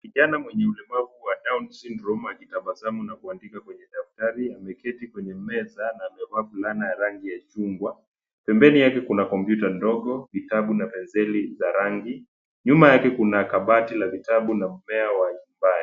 Kijana mwenye ulemavu wa Down syndrome akitabasamu na kuandika kwenye daftari ameketi kwenye meza, na amevaa fulana ya rangi chungwa. Pembeni yake kuna kompyuta ndogo, vitabu na penseli za rangi. Nyuma yake kuna kabati la vitabu na mmea wa nyumbani.